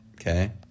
okay